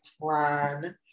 plan